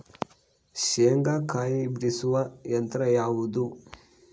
ಶೇಂಗಾಕಾಯಿ ಬಿಡಿಸುವ ಯಂತ್ರ ಯಾವುದು?